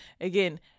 again